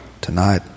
tonight